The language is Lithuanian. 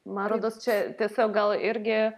man rodos čia tiesiog gal irgi